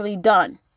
done